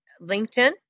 LinkedIn